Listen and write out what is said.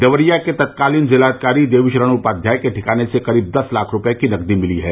देवरिया के तत्कालीन जिलाधिकारी देवीशरण उपाध्याय के ठिकाने से करीब दस लाख रूपये की नकदी मिली है